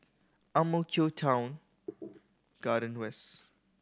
Ang Mo Kio Town Garden West